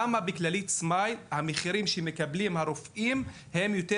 למה בכללית סמייל המחירים שמקבלים הרופאים הם יותר